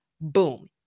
Boom